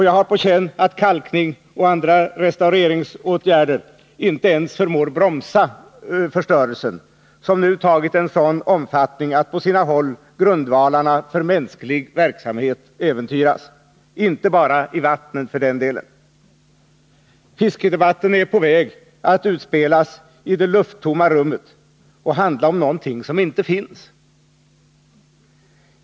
Jag har på känn att kalkning och andra restaureringsåtgärder inte ens förmår bromsa förstörelsen, som nu tagit en sådan omfattning att på sina håll grundvalarna för mänsklig verksamhet äventyras, inte bara i vattnen för den delen. Fiskedebatten är på väg att utspelas i det lufttomma rummet och handlar om något som inte finns.